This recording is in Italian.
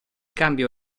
cambio